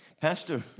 Pastor